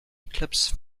eclipse